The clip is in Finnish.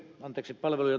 kun ed